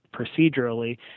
procedurally